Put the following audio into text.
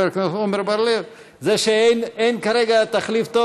חבר הכנסת עמר בר-לב: זה שאין כרגע תחליף טוב